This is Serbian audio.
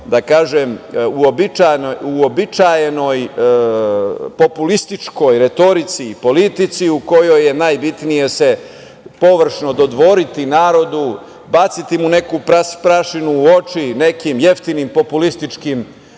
onoj uobičajenoj populističkoj retorici i politici u kojoj je najbitnije površno se dodvoriti narodu, baciti mu neku prašinu u oči nekim jeftinim populističkim